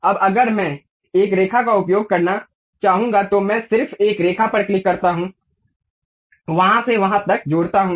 अब अगर मैं एक रेखा का उपयोग करना चाहूंगा तो मैं सिर्फ एक रेखा पर क्लिक करता हूं वहां से वहां तक जोड़ता हूं